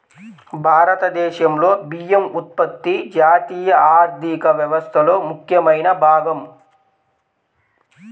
భారతదేశంలో బియ్యం ఉత్పత్తి జాతీయ ఆర్థిక వ్యవస్థలో ముఖ్యమైన భాగం